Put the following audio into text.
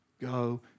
go